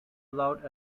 allowed